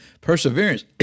Perseverance